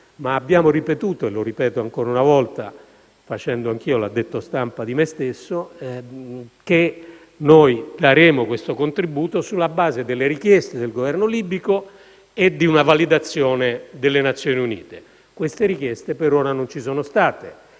ma abbiamo ripetuto (e lo faccio ancora una volta, facendo anche io l'addetto stampa di me stesso) che noi daremo questo contributo sulla base delle richieste del Governo libico e di una validazione delle Nazioni Unite. Per ora queste richieste non ci sono state,